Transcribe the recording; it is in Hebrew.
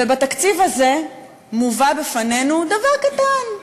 בתקציב הזה מובא בפנינו דבר קטן,